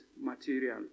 material